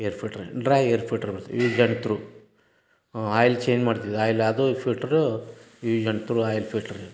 air filter dry air filter ಬರ್ತವೆ use and throw oil change ಮಾಡ್ತಿದ್ವಿ oil ಅದು filter use and throw oil filter